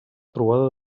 trobada